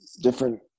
different –